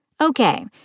Okay